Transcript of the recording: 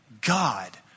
God